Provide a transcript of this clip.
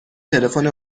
تلفن